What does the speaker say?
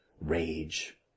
rage